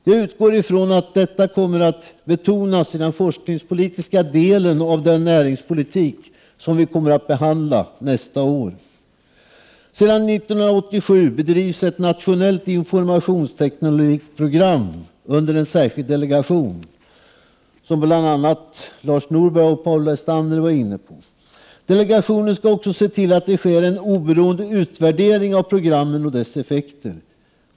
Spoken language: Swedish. Jag utgår ifrån att detta kommer att betonas i den forskningspolitiska delen av den näringspolitik, som skall behandlas nästa år. Sedan 1987 bedrivs ett nationellt informationsteknologiprogram under en särskild delegation, som bl.a. Lars Norberg och Paul Lestander var inne på. Delegationen skall också se till att det sker en oberoende utvärdering av programmet och dess effekter.